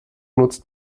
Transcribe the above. nutzt